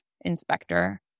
inspector